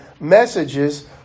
messages